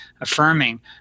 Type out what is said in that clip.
affirming